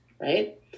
right